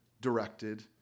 directed